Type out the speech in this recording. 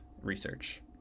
research